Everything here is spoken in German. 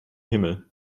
himmel